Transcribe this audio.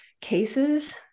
cases